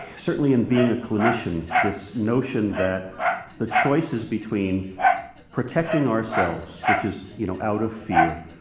certainly in being a clinician this notion that the choices between protecting ourselves, which is you know out of fear,